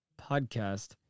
podcast